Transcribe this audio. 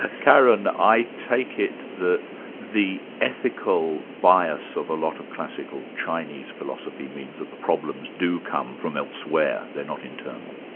ah karen, i take it that the ethical bias of a lot of classical chinese philosophy means that the problems do come from elsewhere, they're not internal?